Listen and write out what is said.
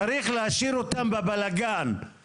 צריך להשאיר אותם בבלגן,